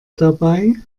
dabei